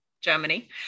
Germany